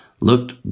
looked